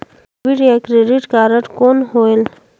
Debit या credit card कौन होएल?